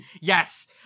Yes